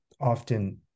often